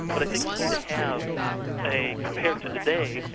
but i think you need to have a compared to today,